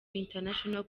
international